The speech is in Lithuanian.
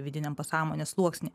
vidiniam pasąmonės sluoksny